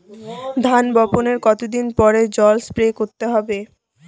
ধান বপনের কতদিন পরে জল স্প্রে করতে হবে?